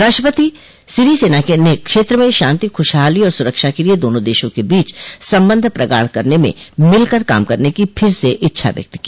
राष्ट्रपति सिरीसेना ने क्षेत्र में शांति खुशहाली और सुरक्षा के लिए दोनों देशों के बोच संबंध प्रगाढ़ करने में मिलकर काम करने की फिर से इच्छा व्यक्त की